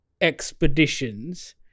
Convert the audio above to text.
expeditions